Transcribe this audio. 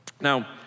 Now